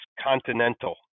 continental